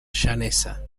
llaneza